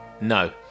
No